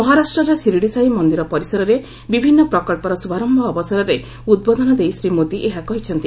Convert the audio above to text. ମହାରାଷ୍ଟ୍ରର ଶିରିଡିସାଇ ମନ୍ଦିର ପରିସରରେ ବିଭିନ୍ନ ପ୍ରକନ୍ସର ଶୁଭାରମ୍ଭ ଅବସରରେ ଉଦ୍ବୋଧନ ଦେଇ ଶ୍ରୀ ମୋଦି ଏହା କହିଛନ୍ତି